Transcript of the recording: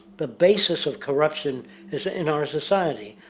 the bases of corruption is in our society.